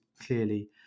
clearly